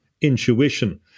intuition